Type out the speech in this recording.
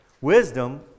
wisdom